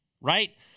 right